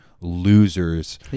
losers